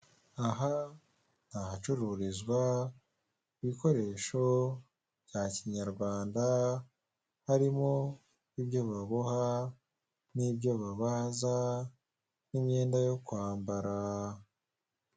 Aha ni ahacururizwa ibikoresho bya kinyarwanda harimo ibyo baboha n'ibyo babaza n'imyenda yo kwambara.